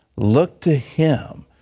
look to him.